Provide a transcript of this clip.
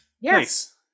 Yes